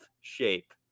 shape